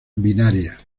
binaria